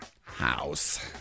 house